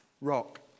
rock